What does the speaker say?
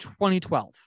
2012